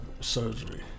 surgery